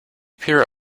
pure